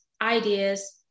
ideas